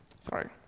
sorry